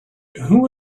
who